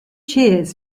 cheers